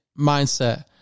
mindset